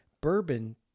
Bourbon